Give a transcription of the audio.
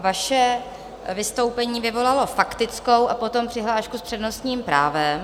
Vaše vystoupení vyvolalo faktickou a potom přihlášku s přednostním právem.